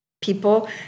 people